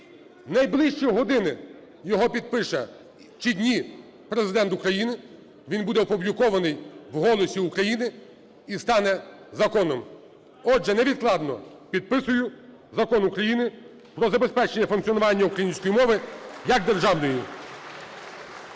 найближчі години його підпише, чи дні, Президент України, він буде опублікований в "Голосі України" і стане законом. Отже, невідкладно підписую Закон України "Про забезпечення функціонування української мови як державної".